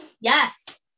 Yes